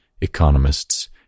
economists